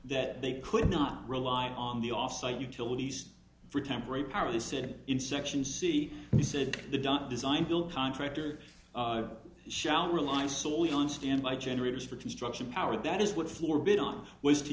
that they could not rely on the offsite utilities for temporary power they said in section c and he said the dot design will contractor shall rely solely on standby generators for construction power that is what floor bid on was to